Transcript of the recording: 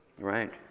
Right